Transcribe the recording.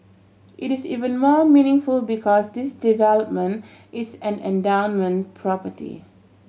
it is even more meaningful because this development is an endowment property